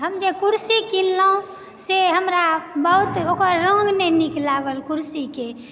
हम जे कुर्सी कीनलहुॅं से हमरा बहुत ओकर रंग नहि नीक लागल कुर्सीके